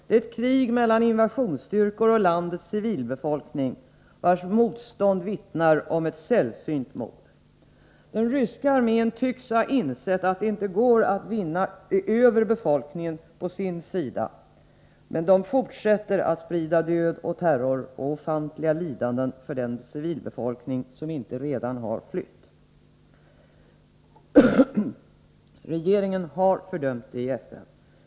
Det är ett krig mellan invasionsstyrkor och landets civilbefolkning, vars motstånd vittnar om ett sällsynt mod. Den ryska armén tycks ha insett att det inte går att vinna över befolkningen på sin sida, men fortsätter att sprida död och terror och ofantliga lidanden för den civilbefolkning som inte redan har flytt. Regeringen har fördömt det i FN.